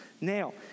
Now